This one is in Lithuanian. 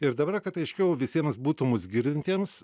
ir dabar kad aiškiau visiems būtų mūsų girdintiems